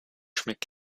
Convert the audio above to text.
schmeckt